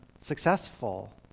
successful